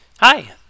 Hi